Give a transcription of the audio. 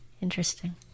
interesting